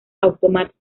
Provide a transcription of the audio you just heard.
automática